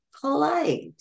polite